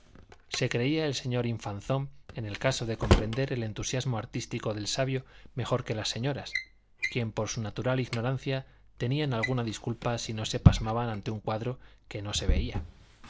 se creía el señor infanzón en el caso de comprender el entusiasmo artístico del sabio mejor que las señoras quien por su natural ignorancia tenían alguna disculpa si no se pasmaban ante un cuadro que no se veía